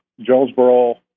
Jonesboro